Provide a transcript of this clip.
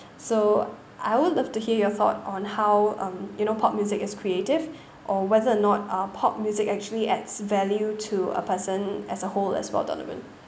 so I would love to hear your thought on how um you know pop music is creative or whether or not uh pop music actually adds value to a person as a whole as well donovan